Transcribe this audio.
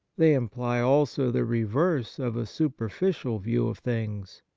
they imply also the reverse of a super ficial view of things.